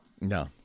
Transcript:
No